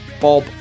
bob